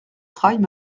trailles